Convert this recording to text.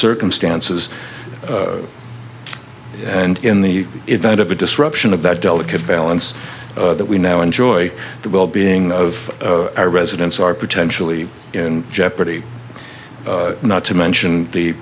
circumstances and in the event of a disruption of that delicate balance that we now enjoy the wellbeing of our residents are potentially in jeopardy not to mention the